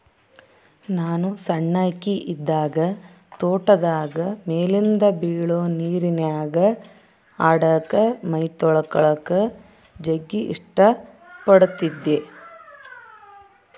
ನಾನು ಸಣ್ಣಕಿ ಇದ್ದಾಗ ತೋಟದಾಗ ಮೇಲಿಂದ ಬೀಳೊ ನೀರಿನ್ಯಾಗ ಆಡಕ, ಮೈತೊಳಕಳಕ ಜಗ್ಗಿ ಇಷ್ಟ ಪಡತ್ತಿದ್ದೆ